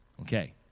okay